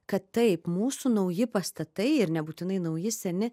kad taip mūsų nauji pastatai ir nebūtinai nauji seni